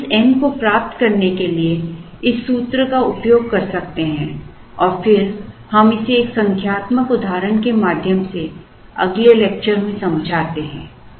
तो हम इस n को प्राप्त करने के लिए इस सूत्र का उपयोग कर सकते हैं और फिर हम इसे एक संख्यात्मक उदाहरण के माध्यम से अगले लेक्चर में समझाते हैं